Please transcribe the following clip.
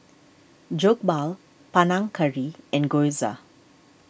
Jokbal Panang Curry and Gyoza